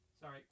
Sorry